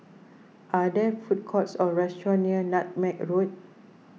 are there food courts or restaurants near Nutmeg Road